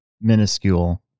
minuscule